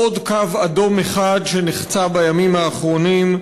עוד קו אדום אחד שנחצה בימים האחרונים,